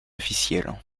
officiels